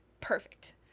Perfect